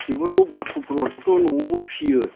बेफोरखौ बाथ'फोरखौथ' न'आवबो फियो